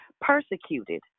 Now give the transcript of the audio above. Persecuted